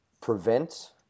prevent